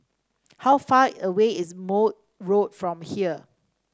how far away is Maude Road from here